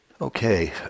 Okay